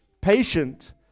patient